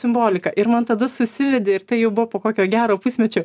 simbolika ir man tada susivedė ir tai jau buvo po kokio gero pusmečio